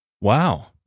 wow